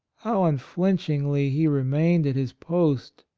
how unflinch ingly he remained at his post,